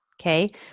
Okay